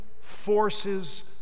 forces